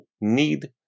need